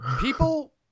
people